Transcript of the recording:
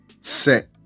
set